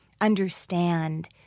understand